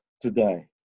today